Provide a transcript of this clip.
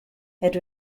had